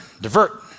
divert